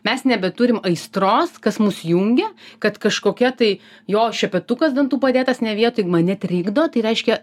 mes nebeturim aistros kas mus jungia kad kažkokia tai jo šepetukas dantų padėtas ne vietoj mane trikdo tai reiškia